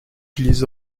glisse